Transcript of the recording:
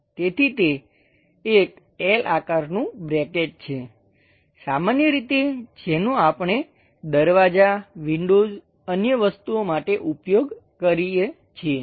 તેથી તે એક L આકારનું બ્રૅકેટ છે સામાન્ય રીતે જેનો આપણે દરવાજા વિંડોઝ અન્ય વસ્તુઓ માટે ઉપયોગ કરીએ છીએ